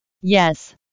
Yes